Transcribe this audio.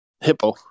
Hippo